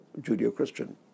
Judeo-Christian